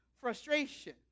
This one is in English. frustration